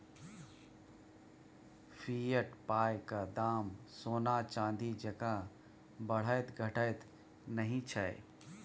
fiat पायक दाम सोना चानी जेंका बढ़ैत घटैत नहि छै